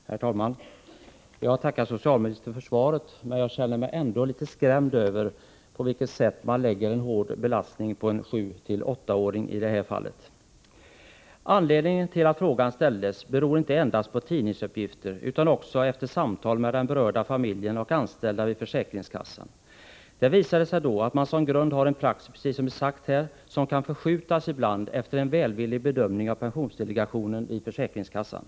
Herr talman! Jag tackar socialministern för svaret, men jag känner mig litet skrämd av det sätt på vilket man i detta fall kan lägga en hård belastning på en sjueller åttaåring. Att frågan ställdes berodde inte endast på tidningsuppgifter utan också på samtal med den berörda familjen och de anställda vid försäkringskassan. Det visade sig då att man som grund har en praxis, precis som det har sagts här, som ibland kan modifieras efter en välvillig bedömning av pensionsdelegationen vid försäkringskassan.